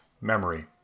memory